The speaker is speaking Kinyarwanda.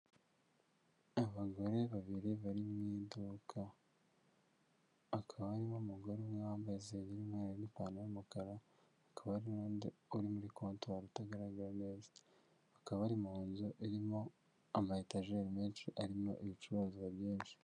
Abagore babiri bari mu iduka hakaba arimo mugore umwe wambaye isengiri y'umweru, nipantaro y'umukara, hakaba hari n'undi uri muri kontwari utagaragara neza; akaba ari mu nzu irimo amatejeri menshi, arimo ibicuruzwa byinshi.